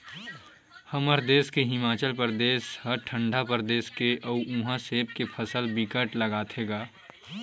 हमर देस के हिमाचल परदेस ह ठंडा परदेस हे अउ उहा सेब के फसल बिकट लगाथे गा